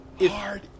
hard